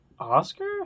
Oscar